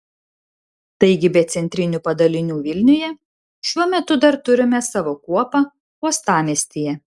taigi be centrinių padalinių vilniuje šiuo metu dar turime savo kuopą uostamiestyje